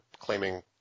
claiming